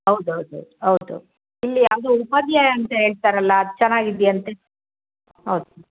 ಹೌದು ಹೌದು ಹೌದು ಹೌದು ಇಲ್ಲಿ ಯಾವುದೋ ಉಪಾಧ್ಯಾಯ ಅಂತ ಹೇಳ್ತಾರಲ್ಲ ಅದು ಚೆನ್ನಾಗಿದ್ಯಂತೆ ಹೌದು